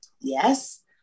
Yes